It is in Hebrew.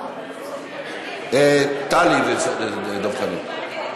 טלי ודב חנין.